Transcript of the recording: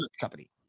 company